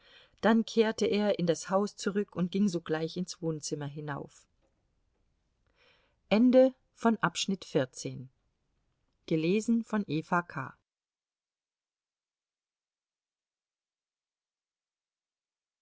dann kehrte er in das haus zurück und ging sogleich ins wohnzimmer hinauf